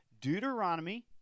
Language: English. Deuteronomy